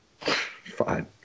Fine